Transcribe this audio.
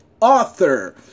author